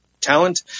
talent